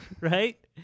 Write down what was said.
right